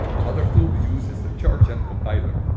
another tool we use is the chargenmorphcompiler.